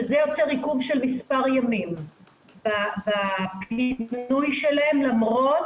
שזה יוצר עיכוב של מספר ימים בפינוי שלהם למרות